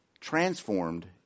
Transformed